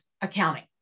accounting